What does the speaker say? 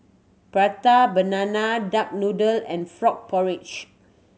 Prata Banana duck noodle and frog porridge